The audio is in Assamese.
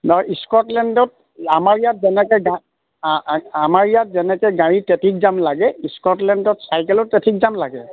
নহয় স্কটলেণ্ডত আমাৰ ইয়াত যেনেকৈ গাড়ী অঁ আমাৰ ইয়াত যেনেকৈ গাড়ী ট্ৰেফিক জাম লাগে স্কটলেণ্ডত চাইকেলৰ ট্ৰেফিক জাম লাগে